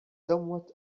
somewhat